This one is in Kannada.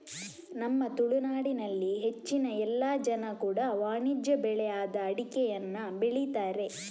ನಮ್ಮ ತುಳುನಾಡಿನಲ್ಲಿ ಹೆಚ್ಚಿನ ಎಲ್ಲ ಜನ ಕೂಡಾ ವಾಣಿಜ್ಯ ಬೆಳೆ ಆದ ಅಡಿಕೆಯನ್ನ ಬೆಳೀತಾರೆ